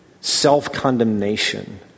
self-condemnation